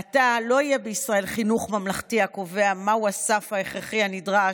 מעתה לא יהיה בישראל חינוך ממלכתי הקובע מהו הסף ההכרחי הנדרש,